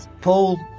Paul